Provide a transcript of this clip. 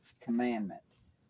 commandments